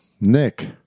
Nick